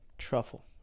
truffle